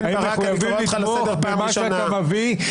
הם מחויבים לתמוך במה שאתה מביא,